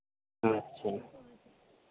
হুম আচ্ছা